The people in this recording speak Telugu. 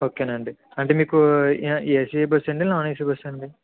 ఓకే అండి అంటే మీకు ఏ ఏసీ బస్ అండి నాన్ ఏసీ బస్ అండి